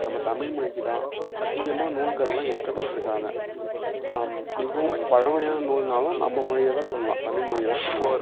நம்ம தமிழ் மொழிக்கு தான் அதிகமாக நூல்கள்லாம் இயற்றப்பட்டிருக்காங்க மிகவும் பழமையான நூல்னாலும் நம்ம மொழியை தான் சொல்லலாம் தமிழ் மொழியை தான் சொல்லலாம்